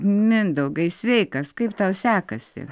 mindaugai sveikas kaip tau sekasi